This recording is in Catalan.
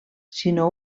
sinó